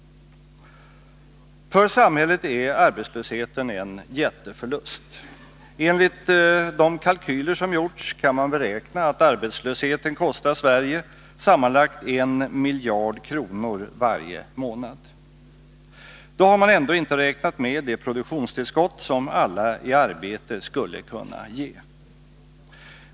För samhället är arbetslösheten en jätteförlust. Enligt de kalkyler som gjorts kan man beräkna att arbetslösheten kostar Sverige sammanlagt en miljard kronor varje månad. Då har man ändå inte räknat med det produktionstillskott som alla i arbete skulle kunna ge.